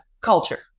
culture